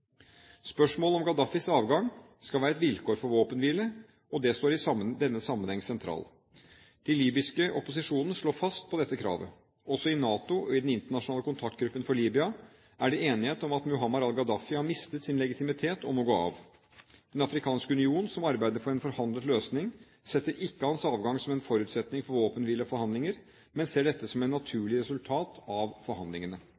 Spørsmålet om Gaddafis avgang skal være et vilkår for våpenhvile, står i denne sammenheng sentralt. Den libyske opposisjonen står fast på dette kravet. Også i NATO og i den internasjonale kontaktgruppen for Libya er det enighet om at Muammar al-Gaddafi har mistet sin legitimitet og må gå av. Den afrikanske union som arbeider for en forhandlet løsning, setter ikke hans avgang som en forutsetning for våpenhvile og forhandlinger, men ser dette som et naturlig resultat av forhandlingene.